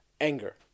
anger